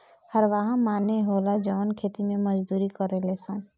हरवाह माने होला जवन खेती मे मजदूरी करेले सन